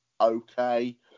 okay